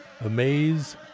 amaze